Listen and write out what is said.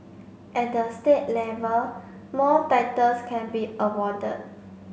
at the state level more titles can be awarded